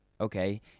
Okay